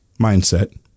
mindset